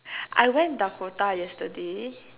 I went Dakota yesterday